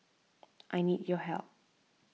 I need your help